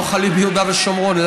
לא חלים ביהודה ושומרון.